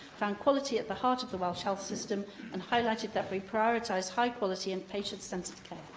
found quality at the heart of the welsh health system and highlighted that we prioritise high-quality and patient-centred